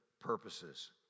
purposes